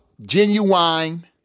genuine